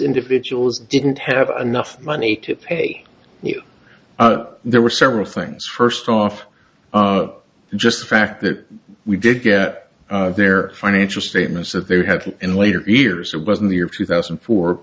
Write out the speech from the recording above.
individuals didn't have enough money to pay you there were several things first off just the fact that we did get their financial statements that they had in later years it was in the year two thousand